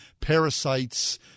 parasites